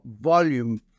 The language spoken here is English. volume